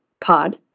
pod